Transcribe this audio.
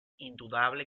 indudable